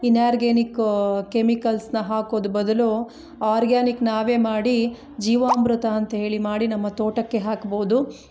inorganic ಕೆಮಿಕಲ್ಸ್ನ ಹಾಕೋದು ಬದಲು ಆರ್ಗ್ಯಾನಿಕ್ ನಾವೇ ಮಾಡಿ ಜೀವಾಮೃತ ಅಂತೇಳಿ ನಮ್ಮ ತೋಟಕ್ಕೆ ಹಾಕ್ಬೌದು